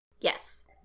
Yes